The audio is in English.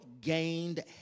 gained